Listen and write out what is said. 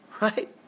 Right